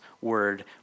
word